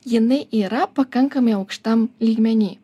jinai yra pakankamai aukštam lygmeny